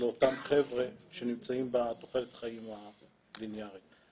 לאותם חבר'ה שנמצאים בתוחלת החיים הליניארית.